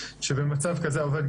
שבמצב כזה העובד,